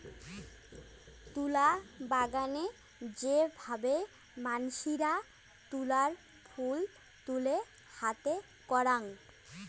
তুলা বাগানে যে ভাবে মানসিরা তুলার ফুল তুলে হাতে করাং